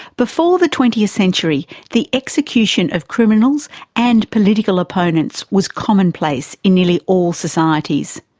before the twentieth century the execution of criminals and political opponents was commonplace in nearly all societies.